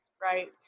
Right